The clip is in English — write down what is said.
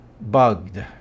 bugged